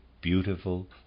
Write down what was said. beautiful